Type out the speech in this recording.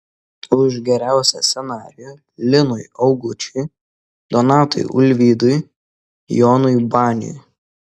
už geriausią scenarijų linui augučiui donatui ulvydui jonui baniui